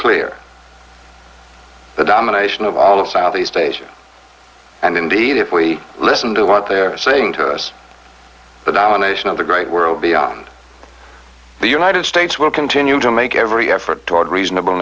clear the domination of all of southeast asia and indeed if we listen to what they are saying to us the domination of the great world beyond the united states will continue to make every effort toward reasonable